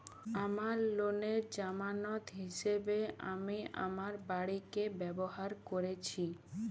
আমার লোনের জামানত হিসেবে আমি আমার বাড়িকে ব্যবহার করেছি